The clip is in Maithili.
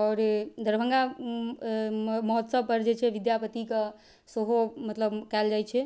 आओर दरभङ्गा महोत्सवपर जे छै विद्यापतिके सेहो मतलब कएल जाए छै